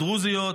הדרוזיות,